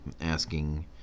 asking